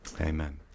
Amen